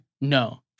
No